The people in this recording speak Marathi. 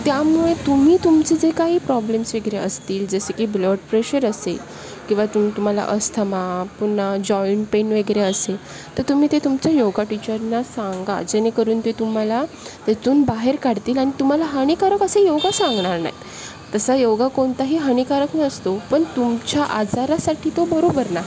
त्यामुळे तुम्ही तुमचे जे काही प्रॉब्लेम्स वगैरे असतील जसे की ब्लड प्रेशर असेल किंवा तुम तुम्हाला अस्थमा पुन्हा जॉईंट पेन वगैरे असेल तर तुम्ही ते तुमच्या योग टीचरना सांगा जेणेकरून ते तुम्हाला त्यातून बाहेर काढतील आणि तुम्हाला हानीकारक असा योग सांगणार नाहीत तसा योग कोणताही हानीकारक नसतो पण तुमच्या आजारासाठी तो बरोबर नाही